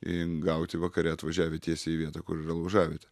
i gauti vakare atvažiavę tiesiai į vietą kur yra laužavietė